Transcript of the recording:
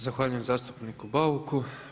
Zahvaljujem zastupniku Bauku.